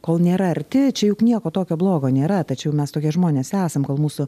kol nėra arti čia juk nieko tokio blogo nėra tačiau mes tokie žmonės esam kol mūsų